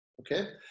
Okay